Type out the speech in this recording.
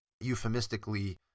euphemistically